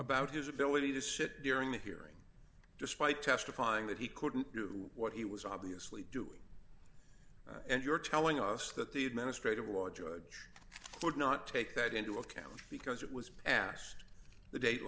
about his ability to sit during the hearing despite testifying that he couldn't do what he was obviously doing and you're telling us that the administrative law judge would not take that into account because it was past the date